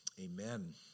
Amen